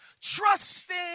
trusting